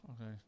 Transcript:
Okay